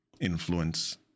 influence